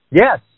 Yes